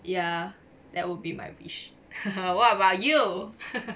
ya that would be my wish what about you